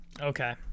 Okay